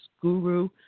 guru